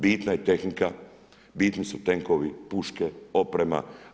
Bitna je tehnika, bitni su tenkovi, puške, oprema.